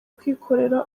kwikorera